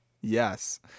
Yes